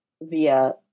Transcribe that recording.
via